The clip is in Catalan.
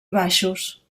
baixos